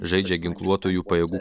žaidžia ginkluotųjų pajėgų